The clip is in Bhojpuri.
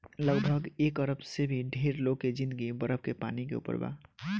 लगभग एक अरब से भी ढेर लोग के जिंदगी बरफ के पानी के ऊपर बा